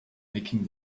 making